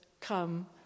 come